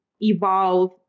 evolve